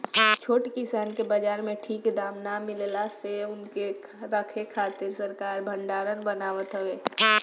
छोट किसान के बाजार में ठीक दाम ना मिलला से उनके रखे खातिर सरकार भडारण बनावत हवे